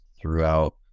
throughout